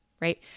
right